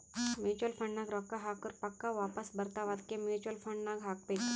mutual fund ನಾಗ್ ರೊಕ್ಕಾ ಹಾಕುರ್ ಪಕ್ಕಾ ವಾಪಾಸ್ ಬರ್ತಾವ ಅದ್ಕೆ ಮೂಚುವಲ್ ಫಂಡ್ ನಾಗ್ ಹಾಕಬೇಕ್